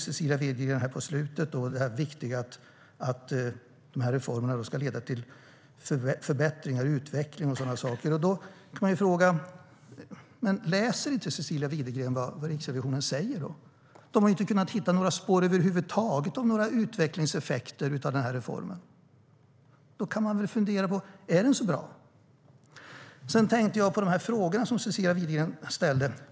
Cecilia Widegren nämnde på slutet det viktiga att reformerna ska leda till förbättringar, utveckling och sådana saker. Då kan man fråga: Läser inte Cecilia Widegren vad Riksrevisionen säger? De har inte kunnat hitta några spår över huvud taget av några utvecklingseffekter av den här reformen. Då kan man väl fundera på om den är så bra. Sedan tänkte jag på de frågor som Cecilia Widegren ställde.